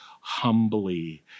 humbly